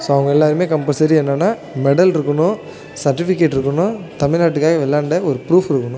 so அவங்க எல்லாரும் compulsory என்னென்னா மெடல் இருக்கணும் சர்டிஃபிகேட் இருக்கணும் தமிழ்நாட்டுக்காக விளையாண்டா ஒரு ப்ரூஃப் இருக்கணும்